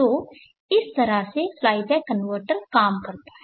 तो इस तरह से फ्लाई बैक कनवर्टर काम करता है